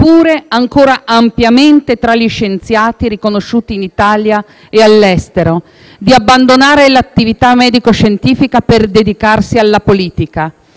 eppure ancora ampiamente tra gli scienziati riconosciuti in Italia e all'estero; non fu facile decidere di abbandonare l'attività medico-scientifica per dedicarsi alla politica.